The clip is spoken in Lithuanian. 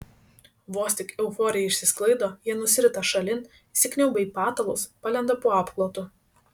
vos tik euforija išsisklaido jie nusirita šalin įsikniaubia į patalus palenda po apklotu